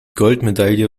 goldmedaille